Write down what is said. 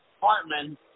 Hartman